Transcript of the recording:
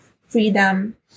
freedom